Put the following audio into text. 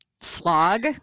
slog